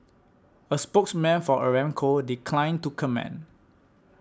a spokesman for Aramco declined to comment